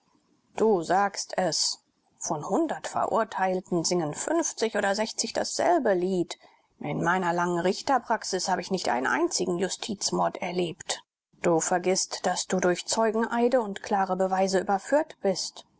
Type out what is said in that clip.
du sagst es von hundert verurteilten singen fünfzig oder sechzig dasselbe lied in meiner langen richterpraxis habe ich nicht einen einzigen justizmord erlebt du vergißt daß du durch zeugeneide und klare beweise überführt bist